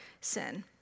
sin